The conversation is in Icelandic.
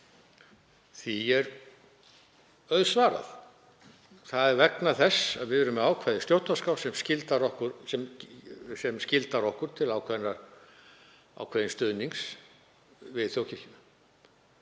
Því er auðsvarað, það er vegna þess að við erum með ákvæði í stjórnarskrá sem skyldar okkur til ákveðins stuðnings við þjóðkirkjuna.